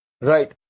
Right